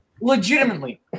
legitimately